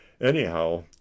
anyhow